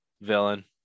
Villain